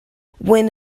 when